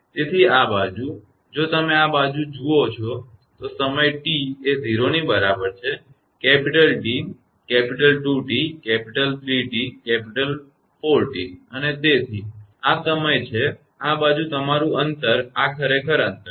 તેથી આ બાજુ જો તમે આ બાજુ જુઓ છો તો સમય T એ 0 ની બરાબર છે capitalમોટો T capital 2 T capital 3 T 4 T અને તેથી આ સમય છે અને આ બાજુ તમારું અંતર આ ખરેખર અંતર છે